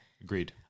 Agreed